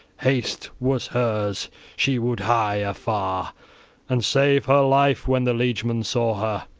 haste was hers she would hie afar and save her life when the liegemen saw her.